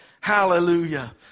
Hallelujah